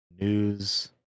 news